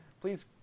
please